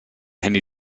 handy